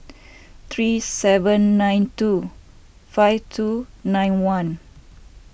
three seven nine two five two nine one